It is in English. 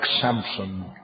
Samson